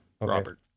Robert